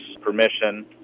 permission